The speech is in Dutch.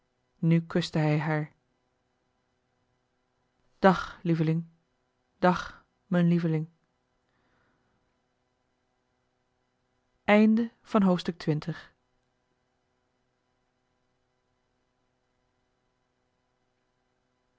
nu kuste hij haar dag lieveling dag m'n lieveling